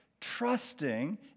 trusting